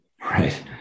Right